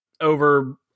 over